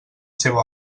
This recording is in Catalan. seva